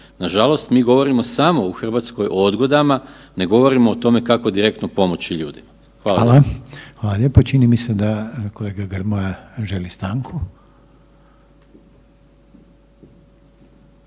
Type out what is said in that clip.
Nažalost mi govorimo samo u Hrvatskoj o odgodama, ne govorimo o tome kako direktno pomoći ljudima. Hvala. **Reiner, Željko (HDZ)** Hvala. Čini mi se da kolega Grmoja želi stanku.